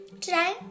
Today